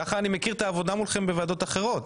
ככה אני מכיר את העבודה מולכם בוועדות אחרות.